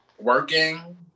working